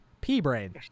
P-brain